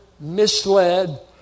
misled